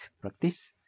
practice